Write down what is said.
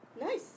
Nice